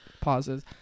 pauses